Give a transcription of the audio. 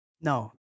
No